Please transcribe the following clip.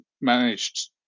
managed